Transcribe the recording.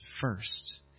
first